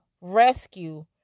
rescue